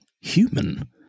human